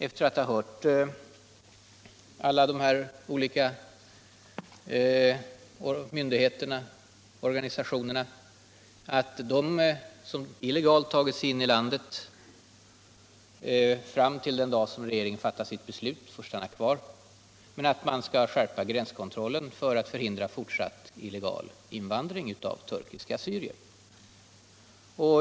Efter att ha hört alla de här olika myndigheterna och organisationerna kom vi fram till att de som illegalt tagit sig in i landet fram till den tidpunkt regeringen fattade sitt beslut skall få stanna kvar, men att man skall skärpa gränskontrollen för att hindra fortsatt illegal invandring av turkiska assyrier.